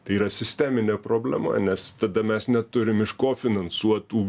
tai yra sisteminė problema nes tada mes neturim iš ko finansuot tų